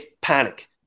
panic